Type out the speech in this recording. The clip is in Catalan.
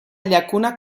llacuna